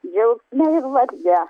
džiaugsme ir varge